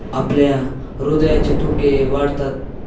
आपल्या हृदयाचे ठोके वाढतात